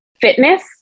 fitness